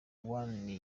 one